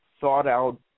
thought-out